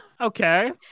okay